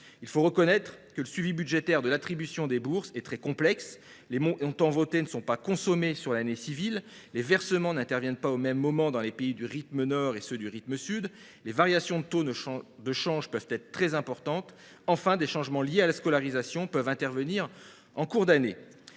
Il faut reconnaître que le suivi budgétaire de l’attribution des bourses est très complexe : les montants votés ne sont pas consommés sur l’année civile, les versements n’interviennent pas au même moment dans les pays du rythme nord et dans ceux du rythme sud, les variations de taux de change peuvent être très importantes, et des changements liés à la scolarisation peuvent intervenir en cours d’année.